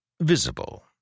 Visible